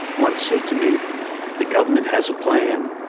once said to me the government has a plan.